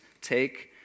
take